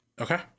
Okay